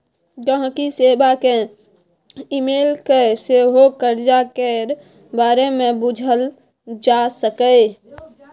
गांहिकी सेबा केँ इमेल कए सेहो करजा केर बारे मे बुझल जा सकैए